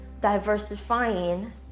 diversifying